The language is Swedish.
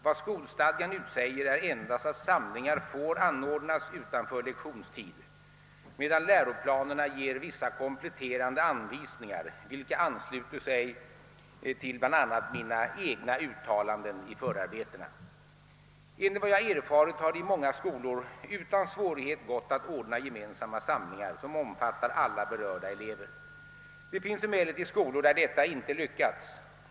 Vad skolstadgan utsäger är endast att samlingar får anordnas utanför lektionstid, medan läroplanerna ger vissa kompletterande anvisningar vilka ansluter till bl.a. mina egna uttalanden i förarbetena. Enligt vad jag erfarit har det i många skolor utan svårighet gått att ordna gemensamma samlingar som omfattar alla berörda elever. Det finns emellertid skolor där detta inte lyckats.